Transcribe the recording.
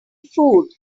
food